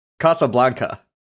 Casablanca